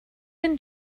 and